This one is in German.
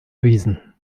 wiesen